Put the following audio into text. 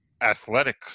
athletic